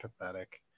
pathetic